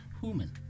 Human